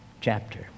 chapter